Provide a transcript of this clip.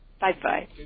Bye-bye